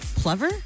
Plover